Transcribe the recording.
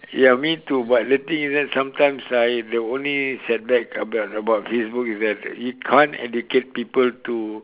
ya me too but later you know sometimes ah the only set back about about Facebook is that you can't educated people to